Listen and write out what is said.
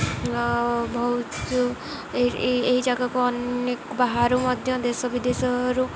ଆଉ ବହୁତ ଏହି ଜାଗାକୁ ଅନେକ ବାହାରୁ ମଧ୍ୟ ଦେଶ ବିଦେଶରୁ